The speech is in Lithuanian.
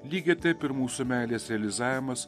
lygiai taip ir mūsų meilės realizavimas